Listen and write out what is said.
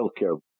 healthcare